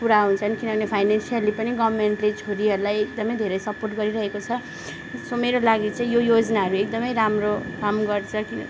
पुरा हुन्छन् किनभने फाइनेन्सियली पनि गभर्मेन्टले छोरीहरूलाई एकदमै धेरै सपोर्ट गरिरहेका छ सो मेरा लागिँ चाहिँ यो योजनाहरू एकदमै राम्रो काम गर्छ किन